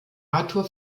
arthur